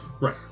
right